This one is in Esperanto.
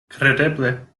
kredeble